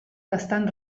bastant